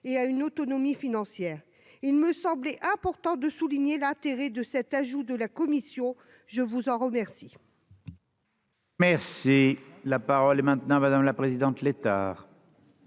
et à une autonomie financière. Il me semblait important de souligner l'intérêt de cet ajout de la commission. La parole est